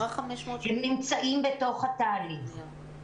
הם נמצאים בתוך התהליך.